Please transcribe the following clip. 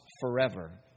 forever